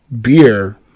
beer